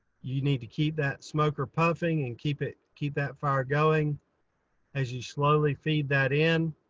you need to keep that smoker puffing and keep it keep that fire going as you slowly feed that in,